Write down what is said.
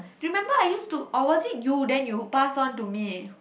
remember I use to I watching you then you pass it to me